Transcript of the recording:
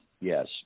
yes